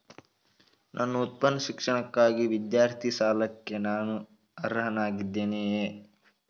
ನನ್ನ ಉನ್ನತ ಶಿಕ್ಷಣಕ್ಕಾಗಿ ವಿದ್ಯಾರ್ಥಿ ಸಾಲಕ್ಕೆ ನಾನು ಅರ್ಹನಾಗಿದ್ದೇನೆಯೇ?